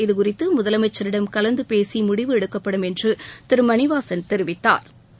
இது குறித்து முதலமைச்சிடம் கலந்தபேசி முடிவு எடுக்கப்படும் என்று திரு மணிவாசன் தெரிவித்தாள்